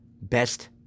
best